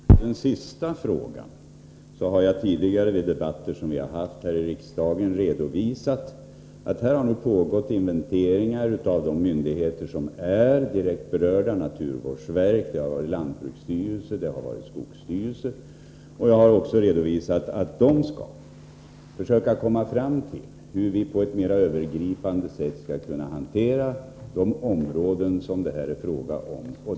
Herr talman! När det gäller den sista frågan har jag tidigare i debatter här i riksdagen redovisat att det har pågått inventeringar av de myndigheter som är direkt berörda: naturvårdsverket, lantbruksstyrelsen och skogsstyrelsen. Jag har också redovisat att de skall försöka komma fram till hur vi på ett mera övergripande sätt skall hantera de områden det här är fråga om.